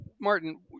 Martin